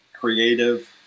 Creative